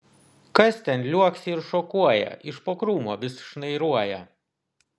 kas ten liuoksi ir šokuoja iš po krūmo vis šnairuoja